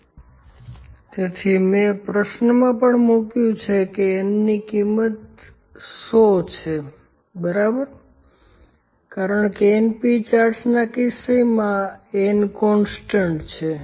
67100 તેથી મેં પ્રશ્નમાં પણ મૂક્યું છે કે N ની કિંમત 100 છે બરાબર કારણ કે np ચાર્ટ્સના કિસ્સામાં N કોન્સ્ટન્ટ છે